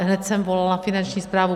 Hned jsem volala Finanční správu.